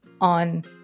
on